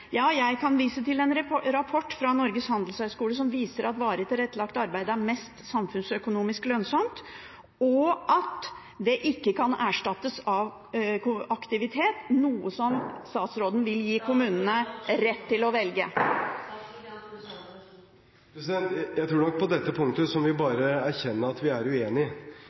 rapport fra Norges Handelshøyskole som viser at varig tilrettelagt arbeid er mest samfunnsøkonomisk lønnsomt, og at det ikke kan erstattes av aktivitet, noe som statsråden vil gi kommunene rett til å velge. Jeg tror at på dette punktet må vi bare erkjenne at vi er